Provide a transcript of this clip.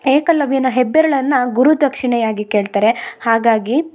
ಏಕಲವ್ಯನ ಹೆಬ್ಬೆರಳನ್ನ ಗುರುದಕ್ಷಿಣೆಯಾಗಿ ಕೇಳ್ತಾರೆ ಹಾಗಾಗಿ